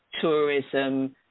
tourism